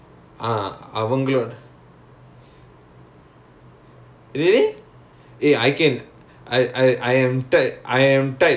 oh what dude I need to know all these ya because I really write a lot of poems then then I don't know tamil poems some more